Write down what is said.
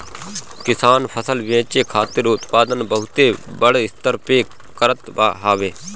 किसान फसल बेचे खातिर उत्पादन बहुते बड़ स्तर पे करत हवे